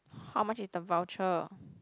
how much is the voucher